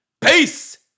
Peace